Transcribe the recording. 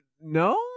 no